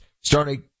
Starting